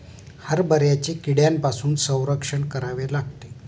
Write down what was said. हरभऱ्याचे कीड्यांपासून संरक्षण करावे लागते